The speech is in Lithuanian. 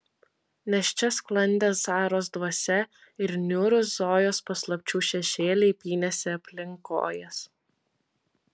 nes čia sklandė saros dvasia ir niūrūs zojos paslapčių šešėliai pynėsi aplink kojas